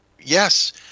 Yes